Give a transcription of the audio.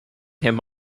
him